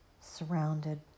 Surrounded